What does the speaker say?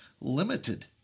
limited